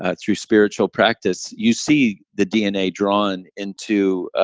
ah through spiritual practice, you see the dna drawn into